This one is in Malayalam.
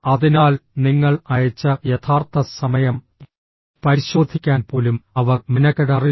അതിനാൽ നിങ്ങൾ അയച്ച യഥാർത്ഥ സമയം പരിശോധിക്കാൻ പോലും അവർ മെനക്കെടാറില്ല